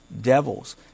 devils